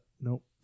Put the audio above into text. nope